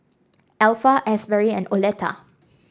Alpha Asberry and Oleta